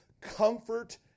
Comfort